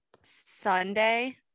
Sunday